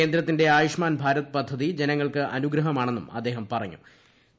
കേന്ദ്രത്തിന്റെ ആയുഷ്മാൻ ഭാര്യത്ത് പ്രദ്ധതി ജനങ്ങൾക്ക് അനുഗ്രഹമാണെന്നും അദ്ദേഹം പ്പറ്റ്ഞ്ഞു